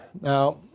Now